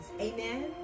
Amen